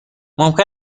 ممکن